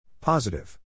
Positive